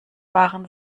waren